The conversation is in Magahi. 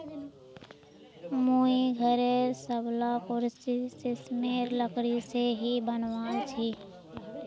मुई घरेर सबला कुर्सी सिशमेर लकड़ी से ही बनवाल छि